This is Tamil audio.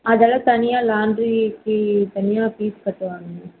அதெலாம் தனியாக லான்ரிக்கு தனியாக ஃபீஸ் கட்டுவாங்க